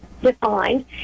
defined